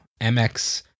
MX